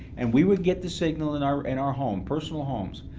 and we would get the signal in our in our homes, personal homes,